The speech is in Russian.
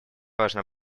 важна